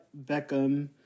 Beckham